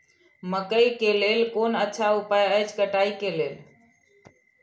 मकैय के लेल कोन अच्छा उपाय अछि कटाई के लेल?